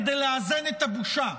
כדי לאזן את הבושה.